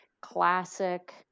classic